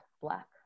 black